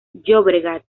llobregat